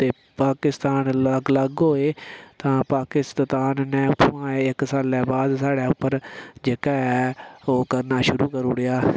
ते पाकिस्तान अलग अलग होए तां पाकिस्तान ने उत्थुआं इक सालै बाद साढ़े उप्पर जेह्का ऐ ओह् करना शुरू करी ओड़ेआ